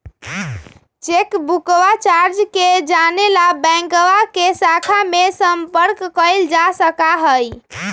चेकबुकवा चार्ज के जाने ला बैंकवा के शाखा में संपर्क कइल जा सका हई